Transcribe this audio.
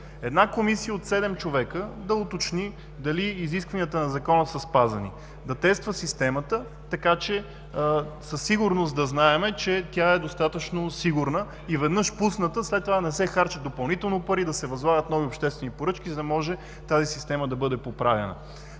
една комисия от седем човека да уточни дали изискванията на закона са спазени, да тества системата, така че със сигурност да знаем, че тя е достатъчно сигурна и веднъж пусната, след това да не се харчат допълнително пари и да се възлагат нови обществени поръчки, за да може тази система да бъде поправена.